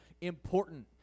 important